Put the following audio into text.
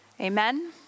Amen